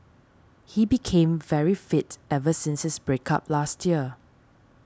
he became very fit ever since his break up last year